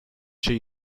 şey